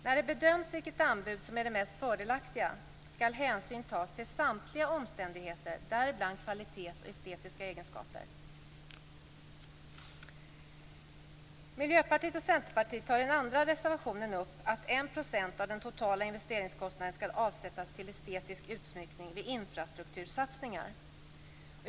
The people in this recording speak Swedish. När det bedöms vilket anbud som är det mest fördelaktiga skall hänsyn tas till samtliga omständigheter, däribland kvalitet och estetiska egenskaper. Miljöpartiet och Centerpartiet tar i den andra reservationen upp att 1 % av den totala investeringskostnaden skall avsättas till estetisk utsmyckning vid infrastruktursatsningar.